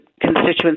constituents